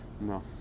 no